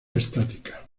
estática